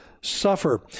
suffer